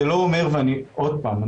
ועוד פעם,